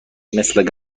مثل